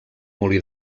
molí